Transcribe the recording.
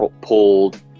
pulled